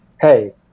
hey